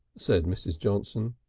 said mrs. johnson.